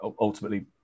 ultimately